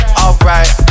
alright